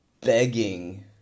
begging